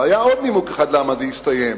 היה עוד נימוק אחד למה זה הסתיים,